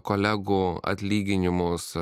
kolegų atlyginimus